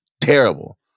terrible